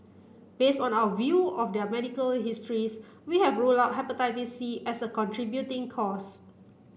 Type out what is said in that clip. based on our view of their medical histories we have ruled out Hepatitis C as a contributing cause